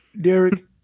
Derek